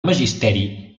magisteri